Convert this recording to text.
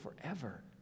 forever